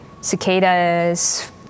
cicadas